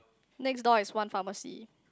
next door is one pharmacy